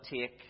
take